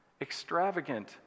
Extravagant